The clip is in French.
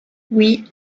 oui